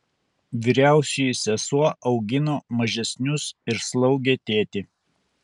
vyriausioji sesuo augino mažesnius ir slaugė tėtį